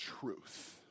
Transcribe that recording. truth